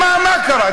מה קרה?